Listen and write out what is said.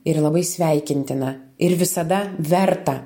ir labai sveikintina ir visada verta